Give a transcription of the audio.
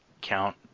count